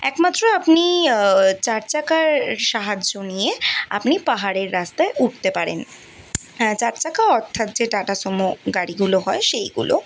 একমাত্র আপনি চারচাকার সাহায্য নিয়ে আপনি পাহাড়ের রাস্তায় উঠতে পারেন চারচাকা অর্থাৎ যে টাটা সুমো গাড়িগুলো হয় সেইগুলো